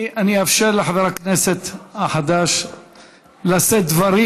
אני אאפשר לחבר הכנסת החדש לשאת דברים.